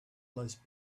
less